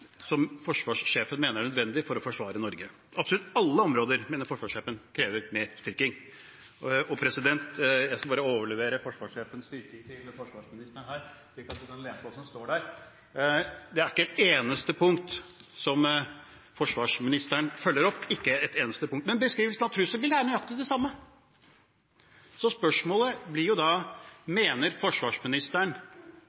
mener er nødvendig for å forsvare Norge. Absolutt alle områder, mener forsvarssjefen, krever mer styrking. Jeg skal bare overlevere forsvarssjefens styrking til forsvarsministeren, slik at han kan lese hva som står der. Det er ikke et eneste punkt som forsvarsministeren følger opp – ikke et eneste punkt. Men beskrivelsen av trusselbildet er nøyaktig det samme. Så spørsmålet blir da: